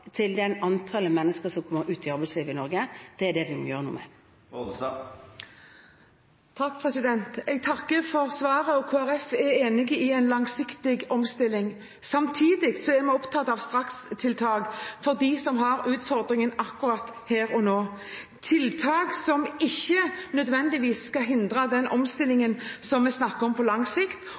til det antallet mennesker som kommer ut i arbeidslivet. Det er det vi må gjøre noe med. Jeg takker for svaret. Kristelig Folkeparti er enig i en langsiktig omstilling. Samtidig er vi opptatt av strakstiltak for dem som har utfordringer akkurat her og nå – tiltak som ikke nødvendigvis skal hindre den omstillingen vi snakker om på lang sikt,